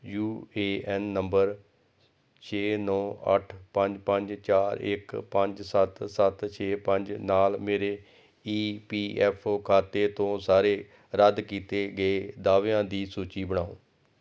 you A N number ਛੇ ਨੌਂ ਅੱਠ ਪੰਜ ਪੰਜ ਚਾਰ ਇਕ ਪੰਜ ਸੱਤ ਸੱਤ ਛੇ ਪੰਜ ਨਾਲ ਮੇਰੇ ਈ ਪੀ ਐਫ ਓ ਖਾਤੇ ਤੋਂ ਸਾਰੇ ਰੱਦ ਕੀਤੇ ਗਏ ਦਾਅਵਿਆਂ ਦੀ ਸੂਚੀ ਬਣਾਓ